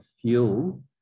fuel